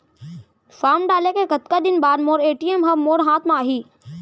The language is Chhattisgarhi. फॉर्म डाले के कतका दिन बाद मोर ए.टी.एम ह मोर हाथ म आही?